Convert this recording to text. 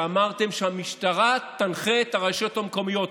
אמרתם שהמשטרה תנחה את הרשויות המקומיות.